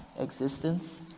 existence